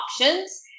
options